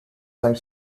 site